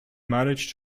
marriage